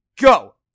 Go